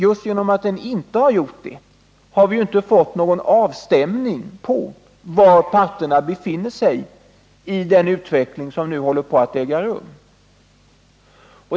Just genom att den inte har fått göra det, har vi inte fått någon avstämning på var parterna befinner sig i den utveckling som nu äger rum.